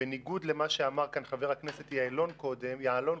בניגוד למה שאמר כאן חבר הכנסת יעלון קודם,